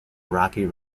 rocky